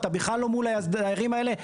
אתה בכלל לא מול הדיירים האלה.